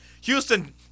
Houston